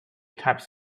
types